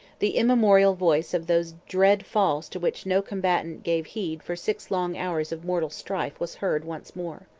the immemorial voice of those dread falls to which no combatant gave heed for six long hours of mortal strife was heard once more.